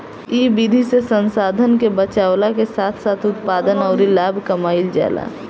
इ विधि से संसाधन के बचावला के साथ साथ उत्पादन अउरी लाभ कमाईल जाला